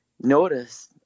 notice